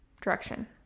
direction